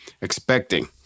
expecting